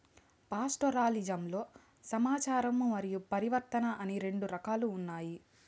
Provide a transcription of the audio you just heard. పాస్టోరలిజంలో సంచారము మరియు పరివర్తన అని రెండు రకాలు ఉన్నాయి